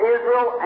Israel